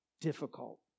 difficult